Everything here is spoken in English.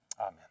Amen